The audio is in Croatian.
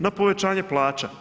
Na povećanje plaća.